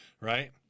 right